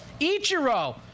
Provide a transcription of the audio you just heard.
Ichiro